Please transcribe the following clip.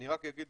אני רק אגיד